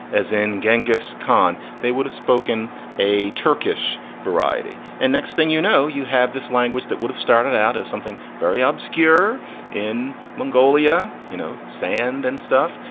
as in genghis khan, they would have spoken a turkish variety. and next thing you know, you have this language that would have started out as something very obscure in mongolia, you know, sand and stuff.